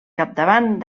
capdavant